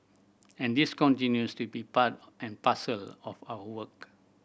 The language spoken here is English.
and this continues to be part and parcel of our work